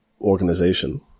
organization